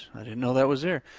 i didn't know that was there.